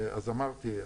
אז אמרתי,